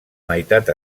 meitat